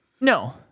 No